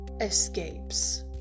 escapes